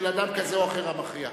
של אדם כזה או אחר המכריע.